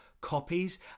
copies